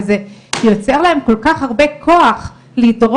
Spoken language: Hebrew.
וזה יוצר להם כל כך הרבה כוח לדרוש,